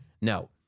No